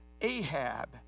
Ahab